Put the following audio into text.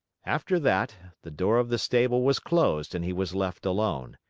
after that, the door of the stable was closed and he was left alone.